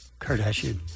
Kardashian